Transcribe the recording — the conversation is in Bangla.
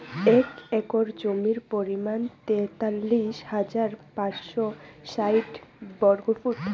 এক একর জমির পরিমাণ তেতাল্লিশ হাজার পাঁচশ ষাইট বর্গফুট